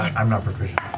i'm not proficient.